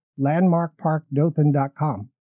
landmarkparkdothan.com